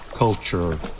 culture